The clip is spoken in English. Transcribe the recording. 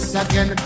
again